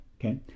Okay